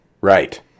right